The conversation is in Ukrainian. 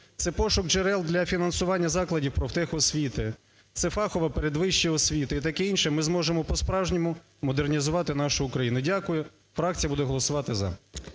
це пошук джерел для фінансування закладівпрофтехосвіти, це фахова передвища освіта і таке інше, ми зможемо по-справжньому модернізувати нашу Україну. Дякую. Фракція буде голосувати "за".